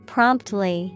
Promptly